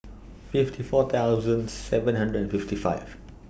fifty four thousand seven hundred and fifty five